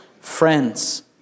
friends